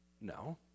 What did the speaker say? No